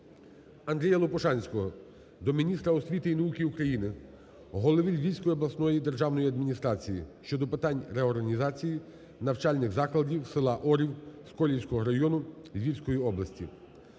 Андрія Лопушанського до міністра освіти і науки України, голови Львівської обласної державної адміністрації щодо питань реорганізації навчальних закладів села Орів Сколівського району Львівської області.